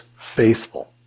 faithful